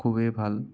খুবেই ভাল